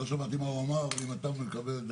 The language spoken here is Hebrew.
לא שמעתי מה הוא אמר, אבל אם אתה מקבל את